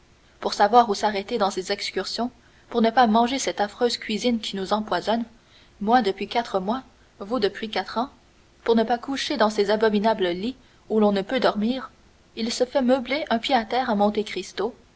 pour savoir où s'arrêter dans ses excursions pour ne pas manger cette affreuse cuisine qui nous empoisonne moi depuis quatre mois vous depuis quatre ans pour ne pas coucher dans ces abominables lits où l'on ne peut dormir il se fait meubler un pied-à-terre à